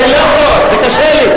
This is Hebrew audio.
אני לא יכול, זה קשה לי.